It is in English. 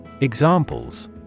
Examples